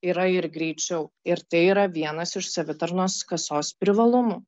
yra ir greičiau ir tai yra vienas iš savitarnos kasos privalumų